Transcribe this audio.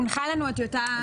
הונחה לנו טיוטה.